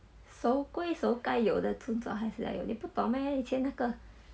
熟归熟该有的尊重还是 like 你不懂 meh 以前那个